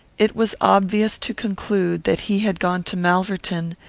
it was obvious to conclude that he had gone to malverton,